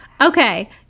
Okay